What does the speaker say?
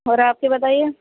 اور آپ کی بتائیے